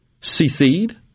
secede